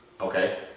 Okay